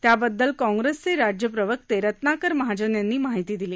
त्याबद्दल काँग्रेसचे राज्य प्रवक्ते रत्नाकर महाजन यांनी माहिती दिली